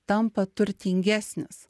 tampa turtingesnis